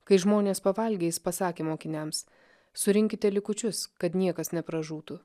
kai žmonės pavalgė jis pasakė mokiniams surinkite likučius kad niekas nepražūtų